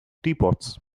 teapots